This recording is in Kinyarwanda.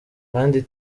kandi